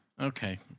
okay